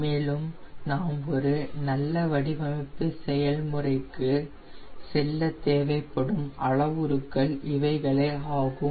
மேலும் நாம் ஒரு நல்ல வடிவமைப்பு செயல்முறைக்கு செல்ல தேவைப்படும் அளவுருக்கள் இவைகளே ஆகும்